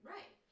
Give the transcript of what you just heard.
Right